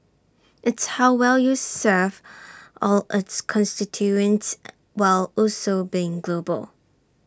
it's how well you serve all its constituents while also being global